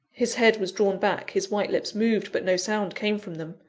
his head was drawn back his white lips moved, but no sound came from them.